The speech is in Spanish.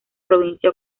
provincia